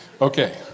okay